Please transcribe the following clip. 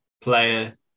player